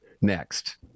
Next